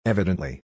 Evidently